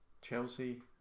Chelsea